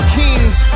kings